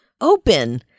open